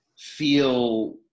feel